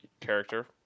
character